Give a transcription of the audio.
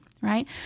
right